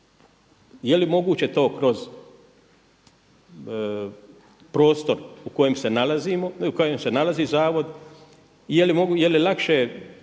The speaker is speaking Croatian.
je li moguće to kroz prostor u kojem se nalazi zavod i je li lakše